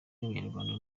y’abanyarwanda